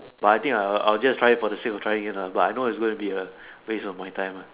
but I think I will I will just try it for the sake of trying it lah but I know it's gonna be a waste of my time lah